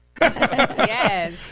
Yes